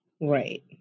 right